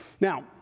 Now